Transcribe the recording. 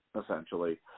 essentially